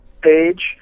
page